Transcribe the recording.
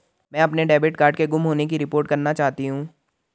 मैं अपने debit card के गुम होने की रिपोर्ट करना चाहती हूँ